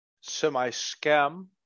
semi-scam